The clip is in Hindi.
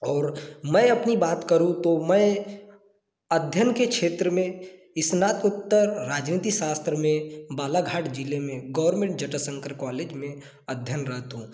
और मैं अपनी बात करूँ तो मैं अध्ययन के क्षेत्र में स्नात्कोत्तर राजनीति शास्त्र में बालाघाट जिले में गवर्नमेंट जटाशंकर कॉलेज में अध्यनरत हूं